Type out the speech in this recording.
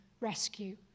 rescue